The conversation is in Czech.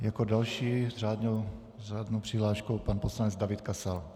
Jako další s řádnou přihláškou pan poslanec David Kasal.